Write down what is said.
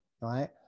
right